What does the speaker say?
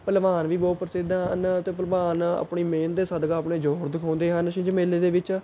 ਭਲਵਾਨ ਵੀ ਬਹੁਤ ਪ੍ਰਸਿੱਧ ਹਨ ਅਤੇ ਭਲਵਾਨ ਆਪਣੀ ਮਿਹਨਤ ਦੇ ਸਦਕਾ ਆਪਣੇ ਜੋਹਰ ਦਿਖਾਉਂਦੇ ਹਨ ਛਿੰਝ ਮੇਲੇ ਦੇ ਵਿੱਚ